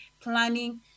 planning